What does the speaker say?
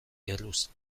erruz